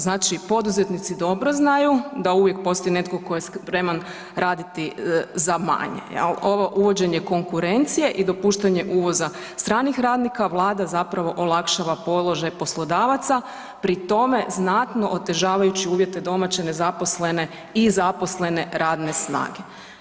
Znači poduzetnici dobro znaju da uvijek postoji netko tko je spreman raditi za manje, jel', ovo uvođenje konkurencije i dopuštanje uvoza stranih radnika, Vlada zapravo olakšava položaj poslodavaca pri tome znatno otežavajuću uvjete domaće nezaposlene i zaposlene radne snage.